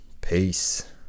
Peace